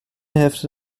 hälfte